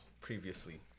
previously